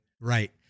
right